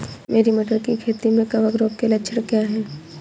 मेरी मटर की खेती में कवक रोग के लक्षण क्या हैं?